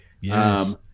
Yes